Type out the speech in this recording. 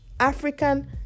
African